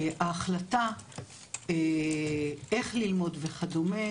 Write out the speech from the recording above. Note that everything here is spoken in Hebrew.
ההחלטה איך ללמוד וכדומה,